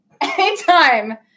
anytime